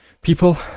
people